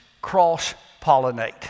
cross-pollinate